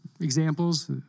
examples